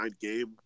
game